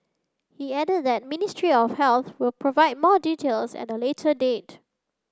he added that ministry of healthy will provide more details at a later date